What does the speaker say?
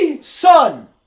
Son